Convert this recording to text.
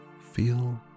feel